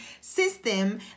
system